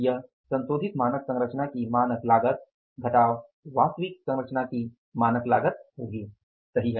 यह संशोधित मानक संरचना की मानक लागत घटाव वास्तविक श्रम संरचना की मानक लागत होगी सही है